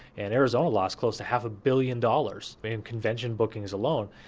and arizona lost close to half a billion dollars in convention bookings alone.